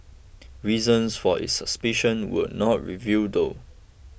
reasons for its suspicion were not reveal though